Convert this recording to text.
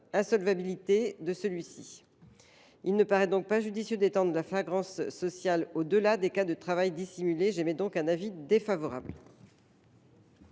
insolvabilité de celui ci. Il ne paraît donc pas judicieux d’étendre la flagrance sociale au delà des cas de travail dissimulé. Avis défavorable.